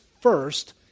first